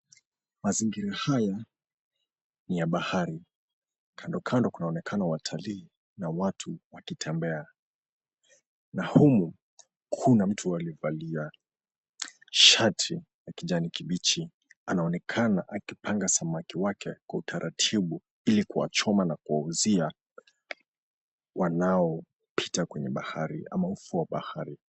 Mazingira haya ni ya bahari, kando kando kunaonekana watalii na watu wakitembea na humu kuna mtu alivalia shati ya kijani kibichi, anaonekana akipanga samaki wake kwa utaratibu ili kuwachoma na kuwauzia wanaopita kwenye bahari ama ufuu wa bahari.